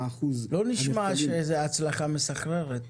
לא נשמע שזה הצלחה מסחררת.